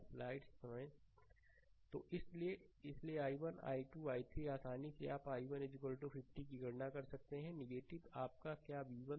slide समय देखें 1644 तो इसलिए इसलिए i1 i2 i3 आसानी से आप i1 50 की गणना कर सकते हैं आपका क्या v1 5 से